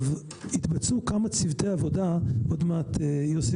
התבצעו כמה צוותי עבודה עוד מעט יוסי